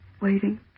waiting